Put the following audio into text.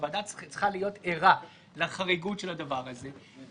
הוועדה צריכה להיות ערה לחריגות של הדבר הזה,